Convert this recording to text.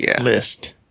list